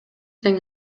тең